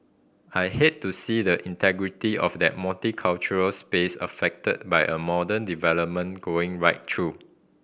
I hate to see the integrity of that multicultural space affected by a modern development going right through